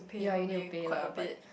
ya you need to pay lah but